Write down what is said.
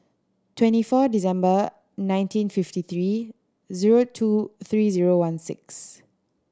twenty four December nineteen fifty three zero two three zero one six